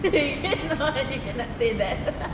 cannot you cannot said that